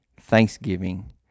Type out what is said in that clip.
Thanksgiving